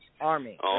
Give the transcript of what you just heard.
Army